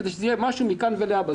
כדי שזה יהיה משהו מכאן ולהבא,